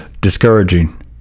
discouraging